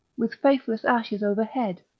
with faithless ashes overhead.